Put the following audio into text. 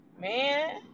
Man